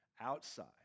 outside